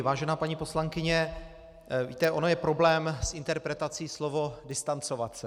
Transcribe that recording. Vážená paní poslankyně, víte, on je problém s interpretací slova distancovat se.